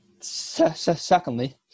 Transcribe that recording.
secondly